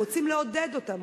רוצים לעודד אותם,